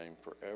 forever